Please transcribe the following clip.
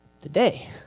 Today